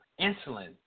Insulin